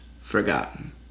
forgotten